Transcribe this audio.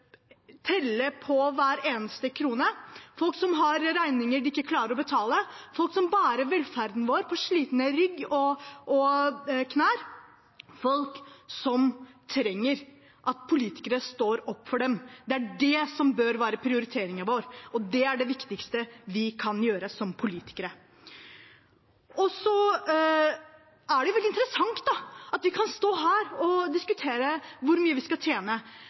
på hver eneste krone, folk som har regninger de ikke klarer å betale, folk som bærer velferden vår på slitne rygger og knær, folk som trenger at politikerne står opp for dem. Det er det som bør være prioriteringen vår, og det er det viktigste vi kan gjøre som politikere. Det er veldig interessant at vi kan stå her og diskutere hvor mye vi skal tjene,